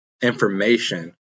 information